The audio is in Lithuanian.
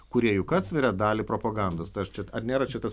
kurie juk atsveria dalį propagandos tai aš čia ar nėra čia tas